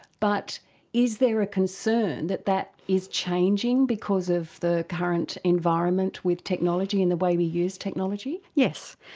but is there a concern that that is changing because of the current environment with technology and the way we use technology? yes,